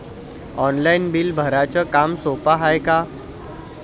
Online bill भराच काम सोपं हाय का?